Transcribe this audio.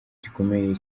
gikomeye